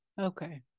Okay